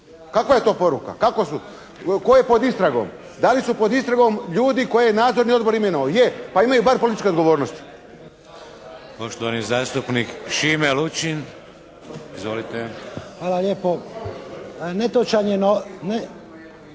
Kakva je to poruka? Kako? Tko je pod istragom? Da li su pod istragom ljudi koje je nadzorni odbor imenovao? Je. Pa imaju par političku odgovornost!